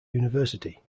university